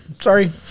Sorry